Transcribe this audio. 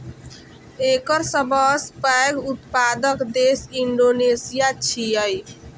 एकर सबसं पैघ उत्पादक देश इंडोनेशिया छियै